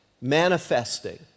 manifesting